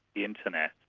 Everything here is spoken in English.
the internet,